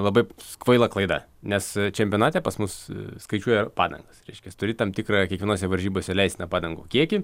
labai kvaila klaida nes čempionate pas mus skaičiuoja ir padangas reiškias turi tam tikrą kiekvienose varžybose leistiną padangų kiekį